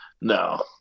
No